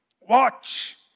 Watch